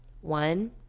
One